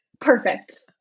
Perfect